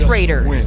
Raiders